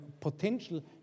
potential